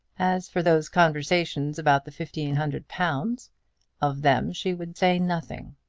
as for those conversations about the fifteen hundred pounds of them she would say nothing.